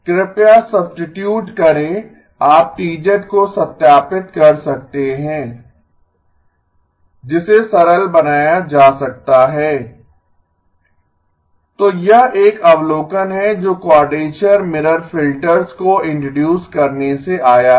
कृपया सब्स्टिटुड करें आप T को सत्यापित कर सकते हैं जिसे सरल बनाया जा सकता है तो यह एक अवलोकन है जो क्वाडरेचर मिरर फिल्टर्स को इंट्रोडूस करने से आया है